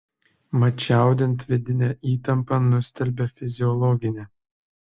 mat čiaudint vidinę įtampą nustelbia fiziologinė